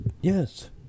yes